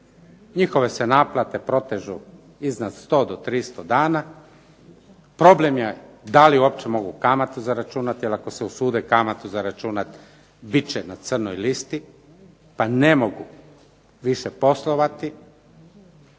Njihove se naplate protežu iznad 100 do 300 dana. Problem je da li uopće mogu kamatu zaračunati jer ako se usude kamatu zaračunati bit će na crnoj listi pa ne mogu više poslovati.